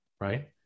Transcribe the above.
right